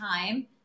time